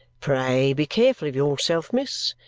pray be careful of yourself, miss.